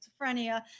schizophrenia